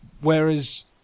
Whereas